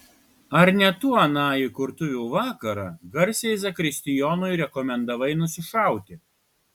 ar ne tu aną įkurtuvių vakarą garsiai zakristijonui rekomendavai nusišauti